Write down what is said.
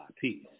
Peace